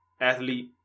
athlete